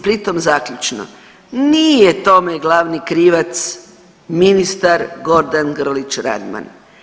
Pritom, zaključno, nije tome glavni krivac ministar Gordan Grlić Radman.